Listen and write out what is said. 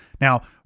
Now